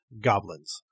goblins